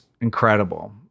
incredible